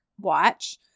watch